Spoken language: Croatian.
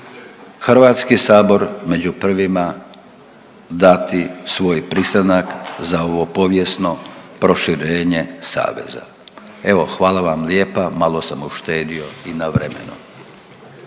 Hrvatski sabor među prvima dati svoj pristanak za ovo povijesno proširenje saveza. Evo, hvala vam lijepa, malo sam uštedio i na vremenu.